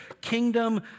kingdom